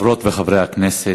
חברות וחברי הכנסת,